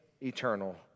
eternal